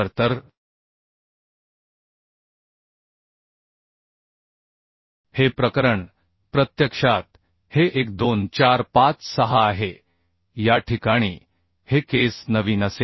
तर हे प्रकरण प्रत्यक्षात हे 1 2 4 5 6 आहे या ठिकाणी हे केस नवीन असेल